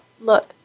look